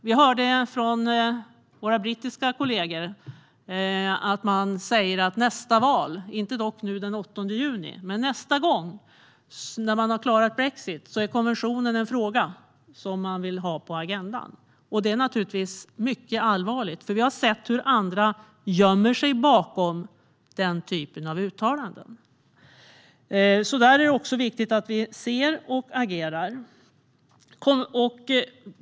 Vi hörde från våra brittiska kollegor att man säger att i nästa val - inte nu den 8 juni, men nästa gång, när man har klarat av brexit - så är konventionen en fråga som man kommer att vilja ha på agendan. Det är naturligtvis mycket allvarligt, för vi har sett hur andra gömmer sig bakom den typen av uttalanden. Där är det alltså också viktigt att vi ser och agerar.